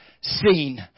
seen